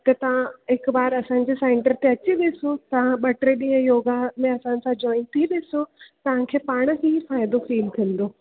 त तव्हां हिकु बार असांजे सैंटर ते अची ॾिसो तव्हां ॿ टे ॾींहं योगा में असां सां जॉयन थी ॾिसो तव्हांखे पाण ई फ़ाइदो फील थींदो